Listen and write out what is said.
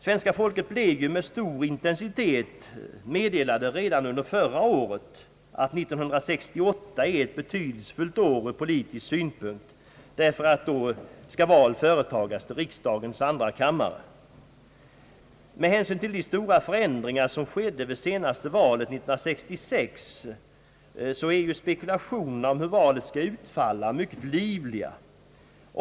Svenska folket blev ju redan under förra året med stor intensitet meddelat, att år 1968 är ett betydelsefullt år ur politisk synvinkel, därför att val då skall företagas till riksdagens andra kammare. Med hänsyn till de stora förändringar som skedde vid det senaste valet år 1966 är spekulationerna om hur valet skall utfalla mycket livliga.